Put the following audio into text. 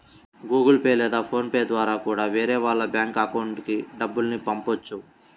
Google Pay లేదా PhonePe ద్వారా కూడా వేరే వాళ్ళ బ్యేంకు అకౌంట్లకి డబ్బుల్ని పంపొచ్చు